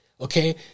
Okay